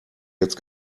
jetzt